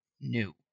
new